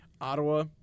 Ottawa